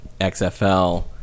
XFL